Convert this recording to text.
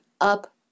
up